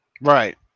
Right